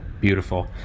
Beautiful